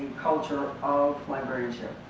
culture of librarianship.